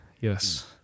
Yes